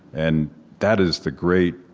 and that is the great,